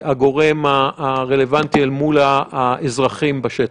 הגורם הרלוונטי אל מול האזרחים בשטח.